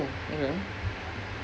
oh okay